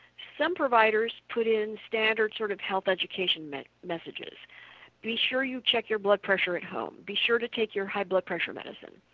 some providers put in standard sort of health education messages be sure you check your blood pressure at home. be sure to take your high blood pressure medicine.